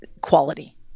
quality